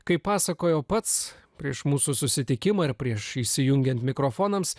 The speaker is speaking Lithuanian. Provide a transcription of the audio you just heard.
kaip pasakojo pats prieš mūsų susitikimą ir prieš įsijungiant mikrofonams